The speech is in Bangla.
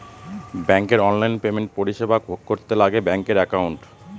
ব্যাঙ্কের অনলাইন পেমেন্টের পরিষেবা ভোগ করতে লাগে ব্যাঙ্কের একাউন্ট